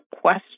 question